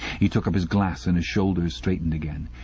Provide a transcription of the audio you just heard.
he took up his glass, and his shoulders straightened again.